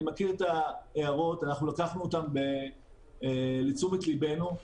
אני מכיר את ההערות ולקחנו אותן לתשומת ליבנו.